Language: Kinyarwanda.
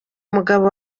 mugabo